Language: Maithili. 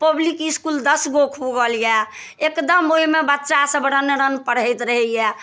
पब्लिक इसकुल दस गो खुजल यऽ एकदम ओइमे बच्चा सब रन रन पढ़ैत रहैये